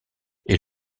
est